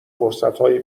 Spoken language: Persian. فرصتهای